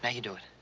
but you do it.